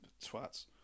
Twats